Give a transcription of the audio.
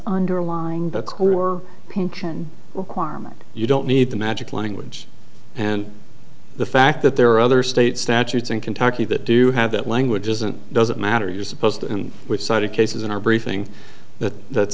underlying the core pension requirement you don't need the magic language and the fact that there are other state statutes in kentucky that do have that language isn't doesn't matter you're supposed to and which side of cases in our briefing that that